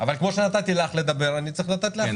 אבל כמו שנתתי לך לדבר, אני צריך לתת גם לאחרים.